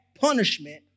punishment